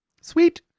Sweet